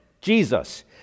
Jesus